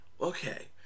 Okay